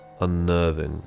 unnerving